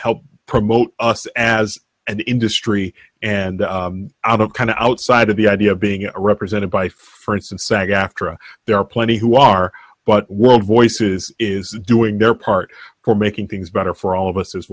help promote us as an industry and out of kind of outside of the idea of being represented by for instance sag aftra there are plenty who are but well voices is doing their part for making things better for all of us